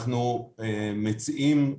אנחנו מציעים,